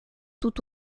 tout